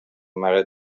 mare